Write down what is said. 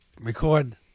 record